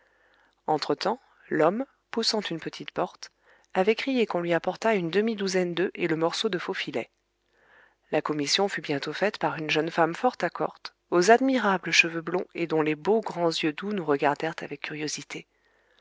temps l'homme poussant une petite porte avait crié qu'on lui apportât une demi-douzaine d'œufs et le morceau de faux filet la commission fut bientôt faite par une jeune femme fort accorte aux admirables cheveux blonds et dont les beaux grands yeux doux nous regardèrent avec